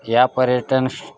या पर्यटनश्श्